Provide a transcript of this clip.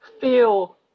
feel